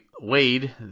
Wade